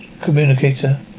communicator